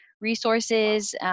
resources